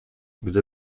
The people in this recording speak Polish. gdy